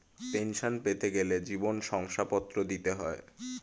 pension পেতে গেলে জীবন শংসাপত্র দিতে হয়